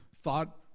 thought